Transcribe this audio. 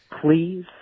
Please